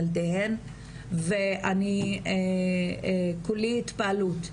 על ילדיהן ואני כולי התפעלות,